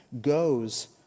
goes